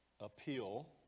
appeal